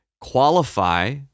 qualify